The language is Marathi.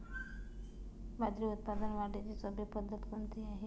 बाजरी उत्पादन वाढीची सोपी पद्धत कोणती आहे?